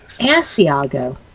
Asiago